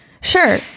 sure